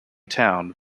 town